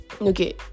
Okay